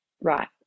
right